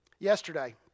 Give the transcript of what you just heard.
Yesterday